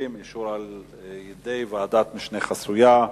30) (אישור על-ידי ועדת משנה חסויה),